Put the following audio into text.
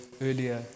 earlier